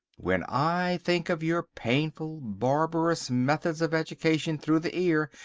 when i think of your painful, barbarous methods of education through the ear,